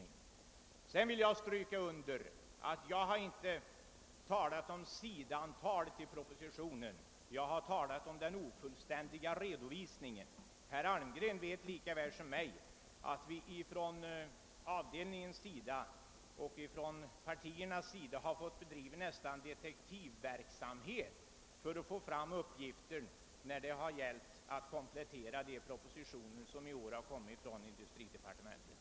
Jag vill också understryka att jag inte talat om antalet sidor i propositionen utan om den ofullständiga redovisningen. Herr Almgren vet lika bra som jag att avdelningen och partierna har fått bedriva nästan detektivverksamhet för att få fram uppgifter för komplettering av årets propositioner från industridepartementet.